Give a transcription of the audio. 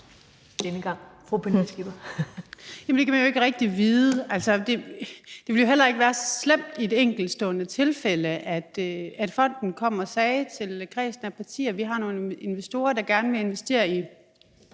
Pernille Skipper (EL): Jamen det kan man jo ikke rigtig vide. Altså, det ville jo heller ikke være så slemt, hvis fonden i et enkeltstående tilfælde kom og sagde til kredsen af partier: Vi har nogle investorer, der gerne vil investere i